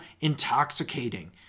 intoxicating